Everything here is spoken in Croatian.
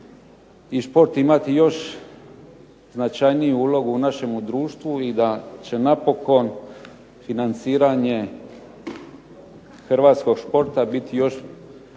i šport imati još značajniju ulogu u našemu društvu i da će napokon financiranje hrvatskog športa biti još